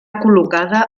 col·locada